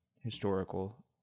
historical